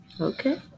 okay